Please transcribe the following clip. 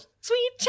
sweet